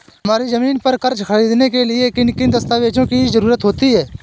हमारी ज़मीन पर कर्ज ख़रीदने के लिए किन किन दस्तावेजों की जरूरत होती है?